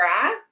grass